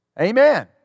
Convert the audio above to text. Amen